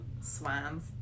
Swans